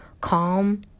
calm